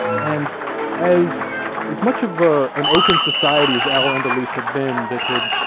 and as as much of ah an open society as al-andalus had been, that had,